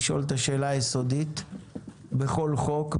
לשאול את השאלה היסודית בכל חוק,